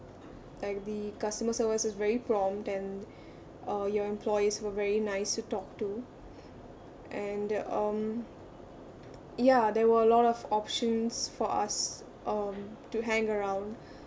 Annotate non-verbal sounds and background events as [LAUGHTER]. like the customer service was very prompt and [BREATH] uh your employees were very nice to talk to and um ya there were a lot of options for us uh to hang around